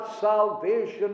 salvation